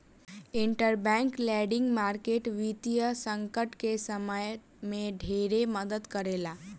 interbank lending market वित्तीय संकट के समय में ढेरे मदद करेला